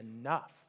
enough